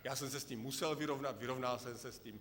Já jsem se s tím musel vyrovnat, vyrovnal jsem se s tím.